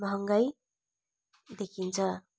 महँगाइ देखिन्छ